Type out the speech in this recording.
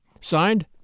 Signed